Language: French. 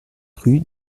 rue